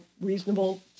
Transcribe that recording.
reasonable